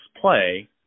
play